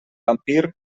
vampir